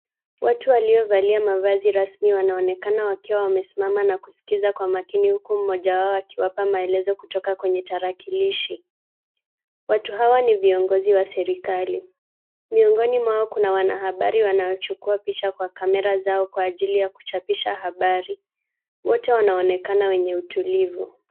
Watu waliovalia mavazi rasmi wanaonekana wakiwa wamesimama na kuskiza kwa makini, huku mmoja wao akiwapa maelezo kutoka kwenye tarakilishi. Watu hawa ni viongozi wa serikali. Miongoni mwao kuna wanahabari wanaochukua picha kwa camerra zao kwa ajili ya kuchapisha habari. Wote wanaonekana wenye utulivu.